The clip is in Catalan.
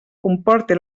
comporti